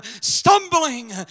stumbling